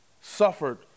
suffered